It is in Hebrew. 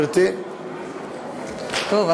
טוב,